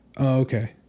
okay